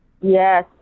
Yes